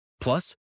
Plus